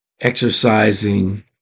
exercising